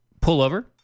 pullover